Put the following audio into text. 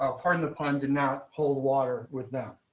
ah pardon the pun did not pull water with them.